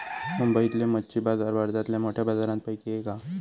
मुंबईतलो मच्छी बाजार भारतातल्या मोठ्या बाजारांपैकी एक हा